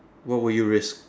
what will you risk